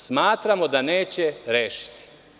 Smatramo da neće rešiti.